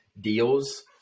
deals